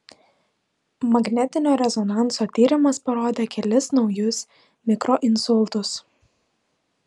magnetinio rezonanso tyrimas parodė kelis naujus mikroinsultus